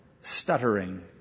stuttering